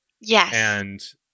Yes